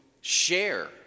share